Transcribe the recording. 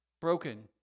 Broken